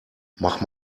mach